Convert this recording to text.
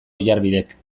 oiarbidek